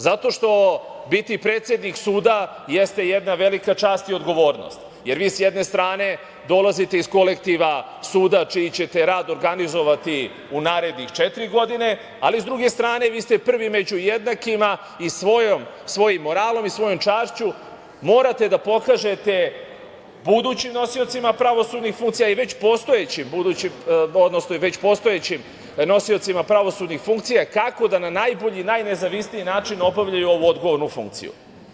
Zato što biti predsednik suda jeste jedna velika čast i odgovornost, jer vi s jedne strane dolazite iz kolektiva suda čiji ćete rad organizovati u narednih četiri godine, ali s druge strane vi ste prvi među jednakima i svojim moralom i svojom čašću morate da pokažete budućim nosiocima pravosudnih funkcija i već postojećim budućim, odnosno već i postojećim nosiocima pravosudnih funkcija, kako da na najbolji i najnezavisniji način obavljaju ovu odgovornu funkciju.